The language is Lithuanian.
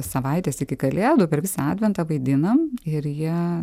savaites iki kalėdų per visą adventą vaidinam ir jie